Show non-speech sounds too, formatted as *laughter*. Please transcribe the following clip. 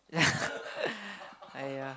*laughs* !aiya!